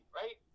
right